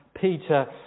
Peter